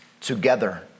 together